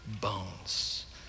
bones